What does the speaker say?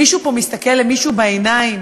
מישהו פה מסתכל למישהו בעיניים